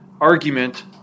argument